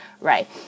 right